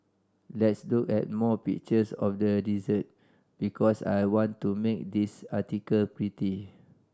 let's look at more pictures of the dessert because I want to make this article pretty